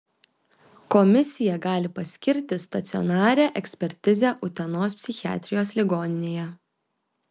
komisija gali paskirti stacionarią ekspertizę utenos psichiatrijos ligoninėje